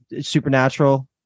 Supernatural